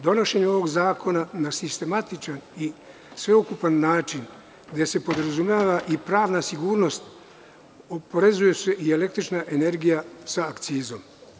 Donošenje ovog zakona na sistematičan i sveukupan način, gde se podrazumeva i pravna sigurnost, oporezuje se i električna energija sa akcizom.